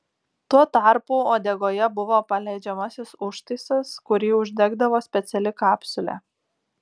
tuo tarpu uodegoje buvo paleidžiamasis užtaisas kurį uždegdavo speciali kapsulė